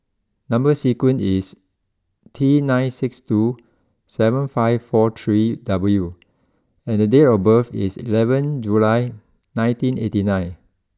number sequence is T nine six two seven five four three W and the date of birth is eleven July nineteen eighty nine